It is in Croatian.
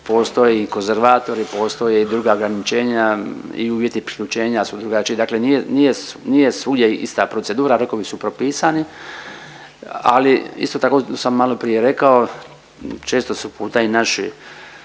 postoje i konzervatori, postoje i druga ograničenja i uvjeti priključenja su drugačiji dakle nije, nije, nije svugdje ista procedura, rekao bih su propisani, ali isto tako sam maloprije rekao, često su puta i naši